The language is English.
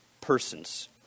persons